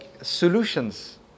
solutions